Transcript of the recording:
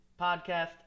podcast